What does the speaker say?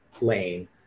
lane